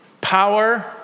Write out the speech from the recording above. Power